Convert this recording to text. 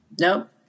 Nope